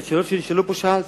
את השאלות שנשאלו פה שאלתי.